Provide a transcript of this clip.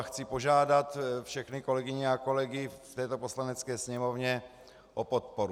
Chci požádat všechny kolegyně a kolegy v této Poslanecké sněmovně o podporu.